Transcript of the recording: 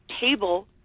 table